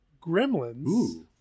Gremlins